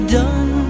done